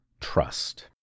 Trust